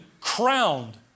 crowned